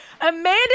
Amanda